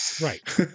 Right